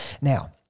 Now